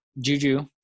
Juju